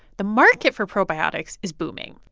the market for probiotics is booming.